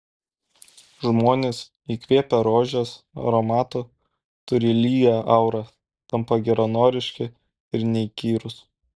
žmonės įkvėpę rožės aromato turi lygią aurą tampa geranoriški ir neįkyrūs